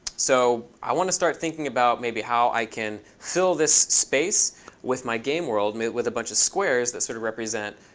so i want to start thinking about maybe how i can fill this space with my game world with a bunch of squares that sort of represent,